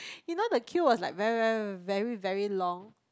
you know the queue was like very very very very long